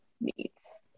meats